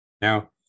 Now